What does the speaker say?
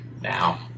now